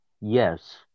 Yes